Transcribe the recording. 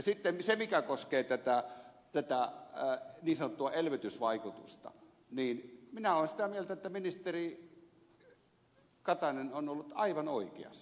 sitten siinä mikä koskee tätä niin sanottua elvytysvaikutusta minä olen sitä mieltä että ministeri katainen on ollut aivan oikeassa